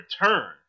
return